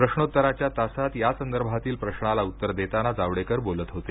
प्रश्नोत्तराच्या तासात या संदर्भातील प्रशाला उत्तर देताना जावडेकर बोलत होते